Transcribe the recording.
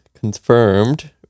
confirmed